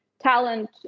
talent